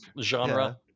genre